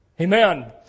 Amen